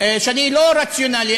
שאני לא רציונלי,